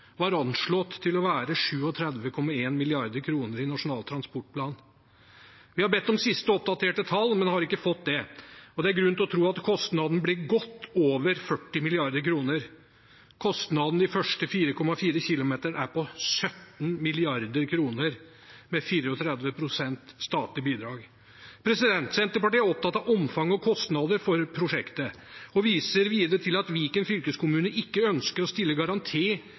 Vi har bedt om sist oppdaterte tall, men har ikke fått det, og det er grunn til å tro at kostnaden blir godt over 40 mrd. kr. Kostnaden de første 4,4 km er på 17 mrd. kr, med 34 pst. statlig bidrag. Senterpartiet er opptatt av omfang og kostnader for prosjektet. Vi viser videre til at Viken fylkeskommune ikke ønsker å stille garanti